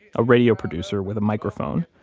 a radio producer with a microphone,